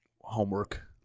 homework